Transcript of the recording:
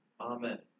Amen